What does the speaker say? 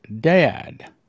dad